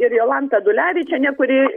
ir jolantą dulevičienę kuri